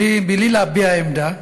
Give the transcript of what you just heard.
בלי להביע עמדה.